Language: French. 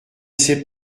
sais